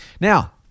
Now